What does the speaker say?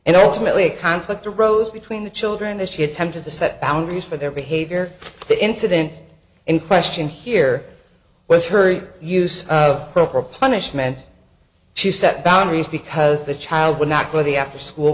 and ultimately a conflict arose between the children as she attempted to set boundaries for their behavior the incident in question here was her use of corporal punishment she set boundaries because the child would not go to the afterschool